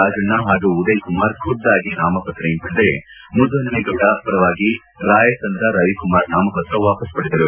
ರಾಜಣ್ಣ ಹಾಗೂ ಉದಯ್ ಕುಮಾರ್ ಖುದ್ವಾಗಿ ನಾಮಪತ್ರ ಹಿಂಪಡೆದರೆ ಮುದ್ದುಪನುಮೇಗೌಡ ಪರವಾಗಿ ರಾಯಸಂದ್ರ ರವಿಕುಮಾರ್ ನಾಮಪತ್ರ ವಾಪಸ್ ಪಡೆದರು